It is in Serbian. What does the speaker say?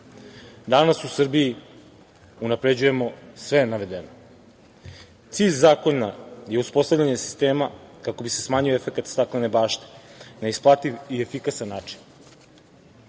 Danas u Srbiji unapređujemo sve navedeno. Cilj zakona je uspostavljanje sistema, kako bi se smanjio efekat staklene bašte, na isplativ i efikasan način.